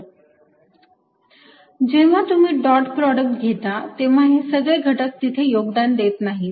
ds2xx2yy 3zzdydzx। front surfacexL22xx2yy 3zzdydz। backsurfacex l2 जेव्हा तुम्ही dot product घेता तेव्हा हे सगळे घटक तेथे योगदान देत नाहीत